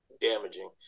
damaging